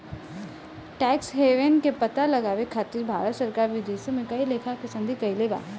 tax haven के पता लगावे खातिर भारत सरकार विदेशों में कई लेखा के संधि कईले बा